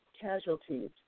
casualties